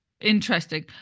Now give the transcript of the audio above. Interesting